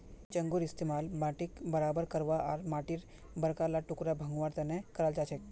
चंघूर इस्तमाल माटीक बराबर करवा आर माटीर बड़का ला टुकड़ा भंगवार तने कराल जाछेक